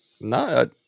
No